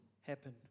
happen